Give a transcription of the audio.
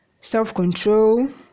self-control